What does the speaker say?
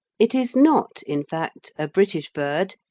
it is not, in fact, a british bird,